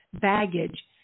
baggage